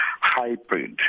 hybrid